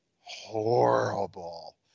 horrible